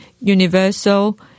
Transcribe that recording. universal